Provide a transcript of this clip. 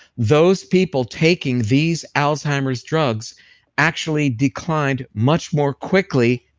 those people taking these alzheimer's drugs actually declined much more quickly